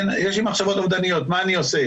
יש לי מחשבות אובדניות מה אני עושה?